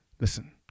Listen